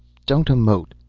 don't emote,